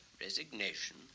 Resignation